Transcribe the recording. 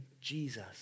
Jesus